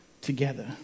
together